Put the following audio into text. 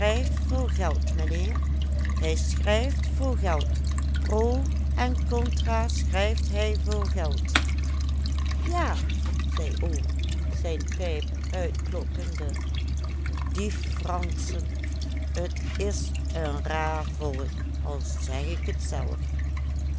voor geld mijnheer hij schrijft voor geld pro en contra schrijft hij voor geld ja zei oom zijn pijp uitkloppende die franschen t is een raar volk al zeg ik t zelf